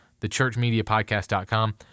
thechurchmediapodcast.com